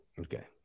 Okay